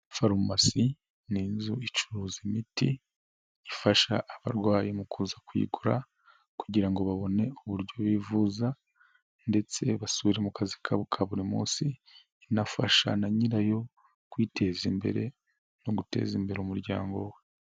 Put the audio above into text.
Farumasi ni inzu icuruza imiti, ifasha abarwayi mu kuza kuyigura kugira ngo babone uburyo bivuza ndetse basubire mu kazi kabo ka buri munsi, inafasha na nyirayo kwiteza imbere no guteza imbere umuryango we.